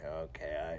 okay